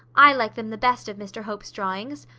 i like them the best of mr hope's drawings.